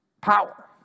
power